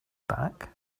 back